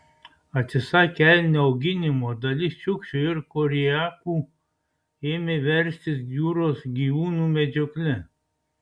atsisakę elnių auginimo dalis čiukčių ir koriakų ėmė verstis jūros gyvūnų medžiokle